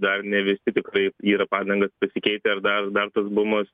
dar ne visi tikrai yra padangas pasikeitę ir dar dar tas bumas